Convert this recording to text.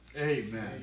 Amen